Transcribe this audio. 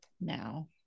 now